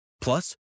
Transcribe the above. Plus